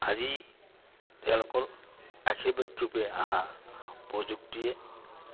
আজি তেওঁলোকৰ আশীৰ্বাদ ৰূপে আহা প্ৰযুক্তিয়ে